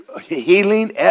healing